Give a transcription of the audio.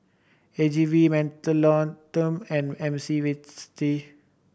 A G V Mentholatum and